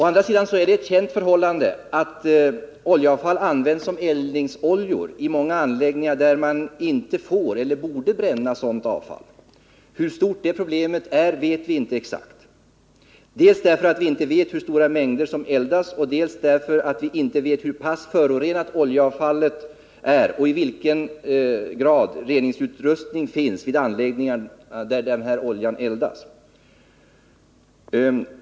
Men det är också ett känt förhållande att oljeavfall används som eldningsolja i många anläggningar där man inte får eller borde bränna sådant avfall. Hur stort det problemet är vet vi inte exakt, dels därför att vi inte vet hur stora mängder som eldas, dels därför att vi inte vet hur pass förorenat oljeavfallet är och i vilken grad reningsutrustning finns vid den anläggning där denna olja eldas.